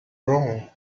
wrong